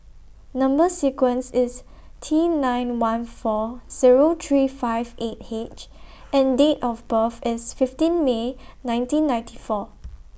Number sequence IS T nine one four Zero three five eight H and Date of birth IS fifteen May nineteen ninety four